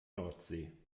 nordsee